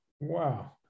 Wow